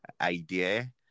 idea